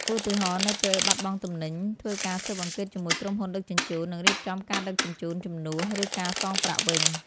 ឧទាហរណ៍ នៅពេលបាត់បង់ទំនិញ ធ្វើការស៊ើបអង្កេតជាមួយក្រុមហ៊ុនដឹកជញ្ជូន និងរៀបចំការដឹកជញ្ជូនជំនួស ឬការសងប្រាក់វិញ។